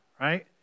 right